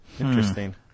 Interesting